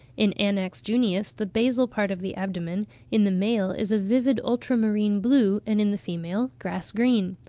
in anax junius the basal part of the abdomen in the male is a vivid ultramarine blue, and in the female grass-green.